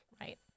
right